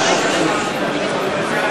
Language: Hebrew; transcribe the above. אני רואה ששום דבר לא עוזר.